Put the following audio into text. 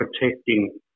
protecting